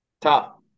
Top